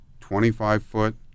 25-foot